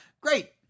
Great